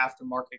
aftermarket